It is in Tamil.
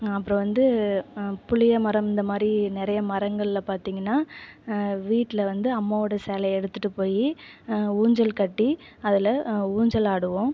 அப்புறம் வந்து புளியமரம் இந்தமாதிரி நிறைய மரங்களில் பார்த்தீங்கனா வீட்டில் வந்து அம்மாவுடைய சேலையை எடுத்துட்டு போய் ஊஞ்சல் கட்டி அதில் ஊஞ்சலாடுவோம்